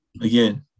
again